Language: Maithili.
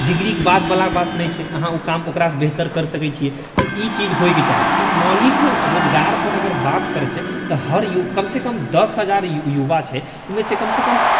डिग्रीके बादवला के पास नहि छै अहाँ ओ काम ओकरासँ बेहतर कर सकै छियै तऽ ई चीज होइ के चाही तऽ मौलिक रोजगारपर अगर बात करै छै तऽ हर यु कमसँ कम दस हजार यु युवा छै उनमे से कम सँ कम